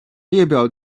列表